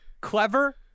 clever